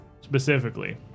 specifically